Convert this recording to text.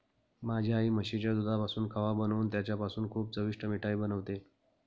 माझी आई म्हशीच्या दुधापासून खवा बनवून त्याच्यापासून खूप चविष्ट मिठाई बनवते